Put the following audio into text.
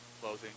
clothing